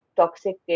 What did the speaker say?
toxic